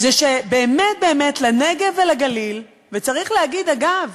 זה שבאמת באמת לנגב ולגליל, וצריך להגיד, אגב,